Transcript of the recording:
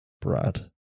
Brad